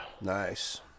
Nice